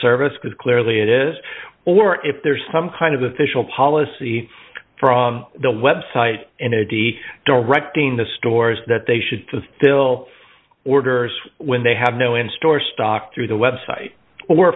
service because clearly it is or if there's some kind of official policy from the website and directing the stores that they should think will orders when they have no in store stock through the website or